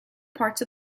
parts